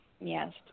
Yes